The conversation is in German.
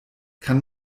kann